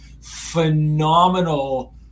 phenomenal